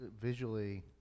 visually